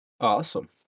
Awesome